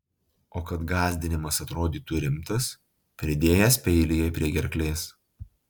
o kad gąsdinimas atrodytų rimtas pridėjęs peilį jai prie gerklės